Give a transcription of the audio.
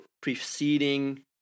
preceding